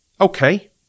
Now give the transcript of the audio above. Okay